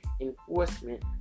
enforcement